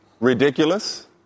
ridiculous